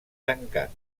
tancat